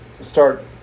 start